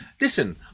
Listen